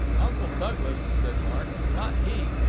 uncle douglas, said mark, not he!